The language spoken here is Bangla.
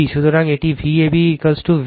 সুতরাং এটি VABv সময় রেফার করুন 3436